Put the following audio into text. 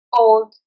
old